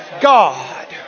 God